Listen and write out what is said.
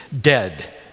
dead